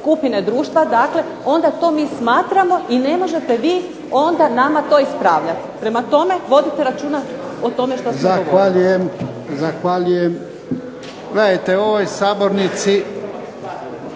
skupine društva, dakle onda to mi smatramo i ne možete vi onda nama to ispravljati. Prema tome, vodite računa o tome što se govori.